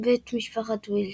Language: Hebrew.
בית משפחת ויזלי.